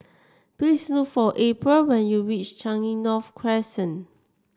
please look for April when you reach Changi North Crescent